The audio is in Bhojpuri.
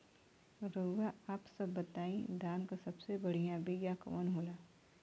रउआ आप सब बताई धान क सबसे बढ़ियां बिया कवन होला?